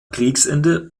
kriegsende